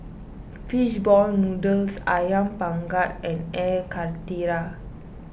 Fish Ball Noodles Ayam Panggang and Air Karthira